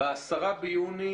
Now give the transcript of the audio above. ב-10 ביוני,